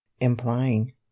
implying